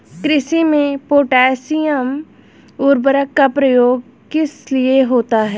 कृषि में पोटैशियम उर्वरक का प्रयोग किस लिए होता है?